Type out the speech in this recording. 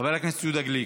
חבר הכנסת יהודה גליק,